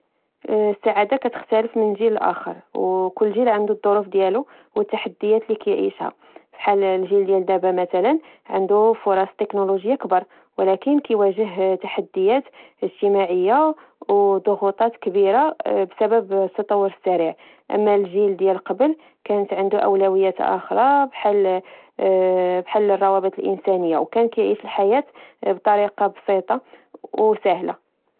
هاد سؤال معقد كنظن بلي الأطفال ديال اليوم عايشين فواحد العالم مختلف بزاف على جيلنا عندهم التكنولوجيا العاب الفيديو الانترنيت هادشي كله كيساعدهم يستمتعوا بحياتهم بطريقة مختلفة ولكن من ناحية أخرى عندهم ضغوطات أكثر منافسة أكبر ووقت أقل للعب واللعب الحر قبل الأطفال كيتجمعو فالشوارع يلعبوا الكرة يتسلقو الأشجار هادشي كاع تبدل صافي كل واحد عندو التليفون ديالو كايبقى شاد فيه كنظن بلي السعادة كتجي من الأشياء البسيطة ومن العلاقات الاجتماعية وهادشي يمكن يتأثر بزاف فالعالم السريع